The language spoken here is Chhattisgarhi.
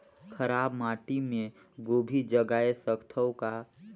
खराब माटी मे गोभी जगाय सकथव का?